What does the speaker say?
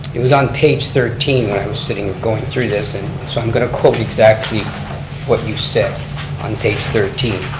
it was on page thirteen, when i was sitting going through this, and so i'm going to quote exactly what you said on page thirteen.